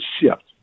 shift